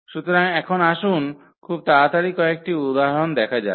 সুতরাং এখন আসুন খুব তাড়াতাড়ি কয়েকটি উদাহরণ দেখা যাক